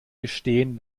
gestehen